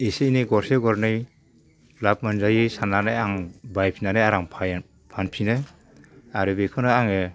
एसे एनै गरसे गरनै लाभ मोनजायो साननानै आं बायफिननानै आराम फानफिनो आरो बेखौनो आङो